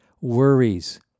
Worries